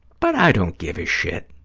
but i don't give a shit.